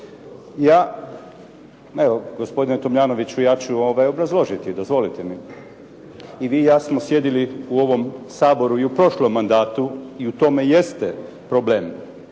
Ja evo gospodine Tomljanoviću ja ću obrazložiti, dozvolite mi. I vi i ja smo sjedili u ovom Saboru i u prošlom mandatu i u tome jeste problem,